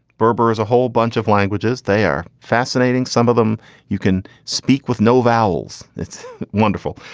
berber is a whole bunch of languages. they're fascinating. some of them you can speak with no vowels. it's wonderful.